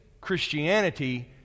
Christianity